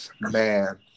Man